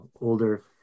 older